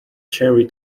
cherry